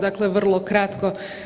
Dakle, vrlo kratko.